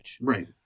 Right